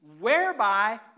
whereby